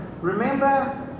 remember